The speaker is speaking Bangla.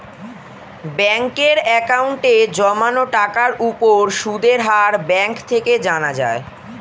ব্যাঙ্কের অ্যাকাউন্টে জমানো টাকার উপর সুদের হার ব্যাঙ্ক থেকে জানা যায়